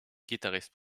guitariste